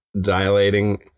dilating